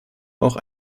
auch